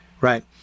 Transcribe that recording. right